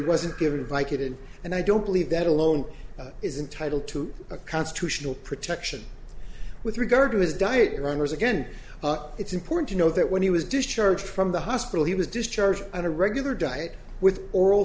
wasn't given vikki did and i don't believe that alone is entitled to a constitutional protection with regard to his diet runners again it's important to know that when he was discharged from the hospital he was discharged and a regular diet with oral